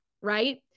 right